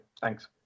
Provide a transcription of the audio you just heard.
Thanks